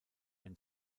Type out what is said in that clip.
ein